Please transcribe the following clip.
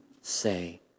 say